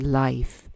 life